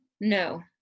No